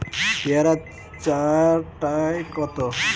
পেয়ারা চার টায় কত?